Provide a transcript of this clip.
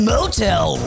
Motel